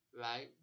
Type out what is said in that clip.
right